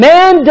Man